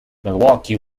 milwaukee